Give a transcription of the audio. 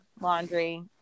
laundry